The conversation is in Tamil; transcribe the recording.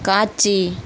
காட்சி